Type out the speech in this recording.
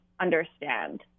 understand